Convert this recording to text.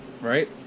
right